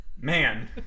Man